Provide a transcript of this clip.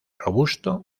robusto